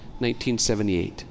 1978